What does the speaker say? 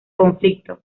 conflicto